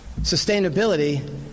sustainability